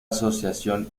asociación